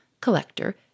collector